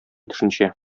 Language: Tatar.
төшенчә